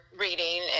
reading